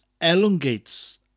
elongates